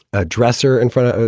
a dresser in front of it.